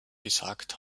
gesagt